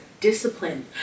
discipline